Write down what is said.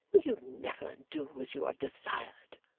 will you never do as you are desired